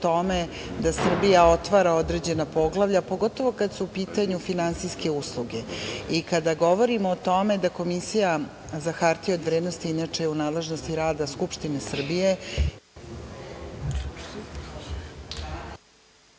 da Srbija otvara određena poglavlja, pogotovo kad su u pitanju finansijske usluge. Kada govorimo o tome da Komisija za hartije od vrednosti, inače je u nadležnosti rada Skupštine Srbije,